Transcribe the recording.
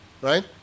right